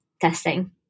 testing